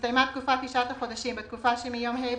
"הסתיימה תקופת תשעת החודשים בתקופה שמיום ה'